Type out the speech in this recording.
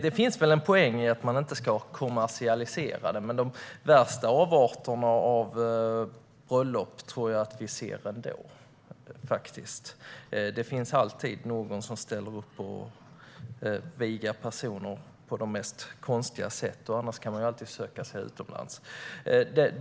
Det kan finnas en poäng med att inte kommersialisera detta, men de värsta avarter av bröllop tror jag att vi kan se ändå. Det finns alltid någon som ställer upp på att viga personer på de mest konstiga sätt. Annars kan man alltid söka sig utomlands.